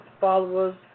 followers